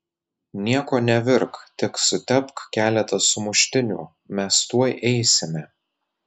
nieko nevirk tik sutepk keletą sumuštinių mes tuoj eisime